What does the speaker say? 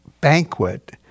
banquet